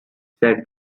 said